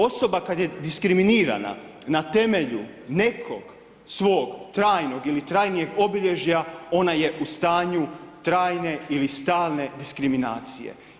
Osoba kada je diskriminirana, na temelju nekog svog trajnog ili trajnijeg obilježja, ona je u stanju trajne ili stalne diskriminacije.